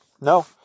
No